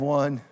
one